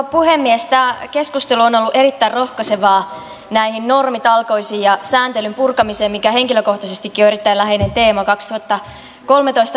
tämä keskustelu on ollut erittäin rohkaisevaa näihin normitalkoisiin ja sääntelyn purkamiseen liittyen mikä henkilökohtaisestikin on erittäin läheinen teema